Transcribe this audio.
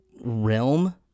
realm